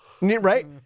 Right